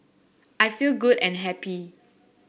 I feel good and happy